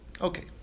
Okay